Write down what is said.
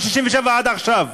מ-67' עד עכשיו.